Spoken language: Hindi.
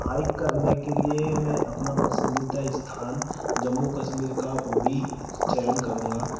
हाइक करने के लिए मैं अपना पसंदीदा स्थान जम्मू कश्मीर का उड़ी चयन करूँगा